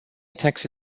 taxi